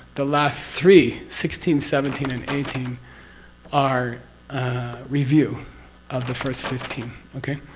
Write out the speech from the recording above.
the last three sixteen, seventeen, and eighteen are review of the first fifteen, okay?